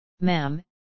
ma'am